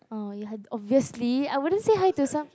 oh ya obviously I wouldn't say hi to some